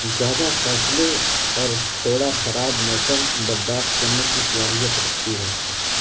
زیادہ فصلیں اور تھوڑا خراب موسم برداشت کرنے کی صلاحیت رکھتی ہے